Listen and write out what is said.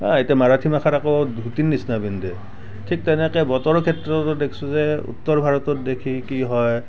এতিয়া মাৰাঠীমাখাৰ আৰু ধুতিৰ নিচিনা পিন্ধে ঠিক তেনেকৈ বতৰৰ ক্ষেত্ৰতো দেখিছোঁ যে উত্তৰ ভাৰতত দেখি কি হয়